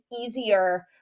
easier